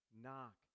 Knock